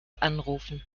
anrufen